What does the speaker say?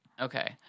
Okay